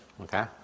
okay